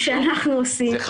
אלה